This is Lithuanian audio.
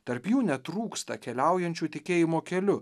tarp jų netrūksta keliaujančių tikėjimo keliu